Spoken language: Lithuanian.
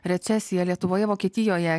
recesija lietuvoje vokietijoje